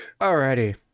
Alrighty